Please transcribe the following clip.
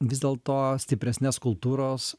vis dėlto stipresnės kultūros